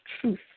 truth